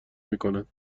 میکنند